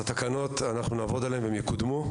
נעבוד על התקנות, הם יקודמו,